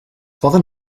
poden